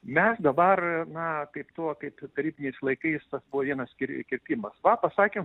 mes dabar na kaip tuo kaip tarybiniais laikais tas buvo vienas kir kirpimas va pasakėm